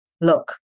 look